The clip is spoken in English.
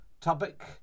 Topic